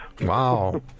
Wow